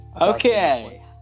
Okay